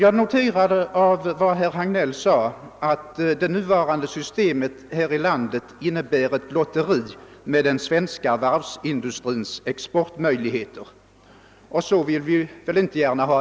Av vad herr Hagnell anförde noterade jag att det system vi nu tillämpar här i landet är ett lotteri med den svenska varvsindustrins exportmöjligheter, och så vill vi naturligtvis inte ha det.